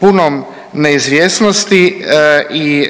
punom neizvjesnosti i